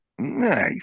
Nice